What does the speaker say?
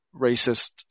racist